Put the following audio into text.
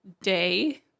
day